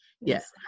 Yes